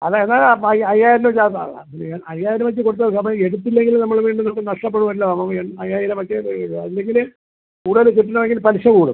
അത് അയ്യായിരം രൂപയ്ക്കകത്താണ് ഇത് ചെയ്യാൻ അയ്യായിരം വച്ച് കൊടുത്ത് നോക്ക് അപ്പോൾ എടുത്തില്ലെങ്കിൽ നമ്മൾ വീണ്ടും അത് നഷ്ടപ്പെടുമല്ലോ അയ്യായിരം വെക്കാൻ കഴിയില്ല അല്ലെങ്കിൽ കൂടുതൽ കിട്ടണമെങ്കിൽ പലിശ കൂടും